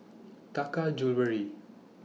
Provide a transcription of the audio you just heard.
Taka Jewelry